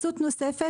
אני חושב שאני צודק.